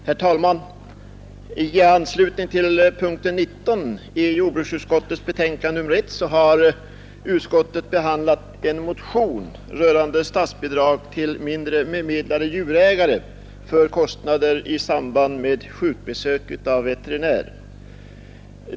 Herr talman! I anslutning till punkten 19 i jordbruksutskottets betänkande nr 1 har utskottet behandlat en motion rörande statsbidrag 39 till mindre bemedlade djurägare för kostnader i samband med sjukbesök av veterinär.